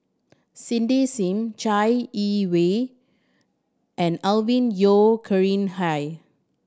Cindy Sim Chai Yee Wei and Alvin Yeo Khirn Hai